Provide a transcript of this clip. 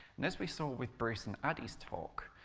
and as we saw with bruce and addy's talk,